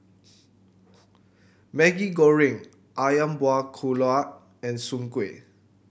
Maggi Goreng Ayam Buah Keluak and Soon Kuih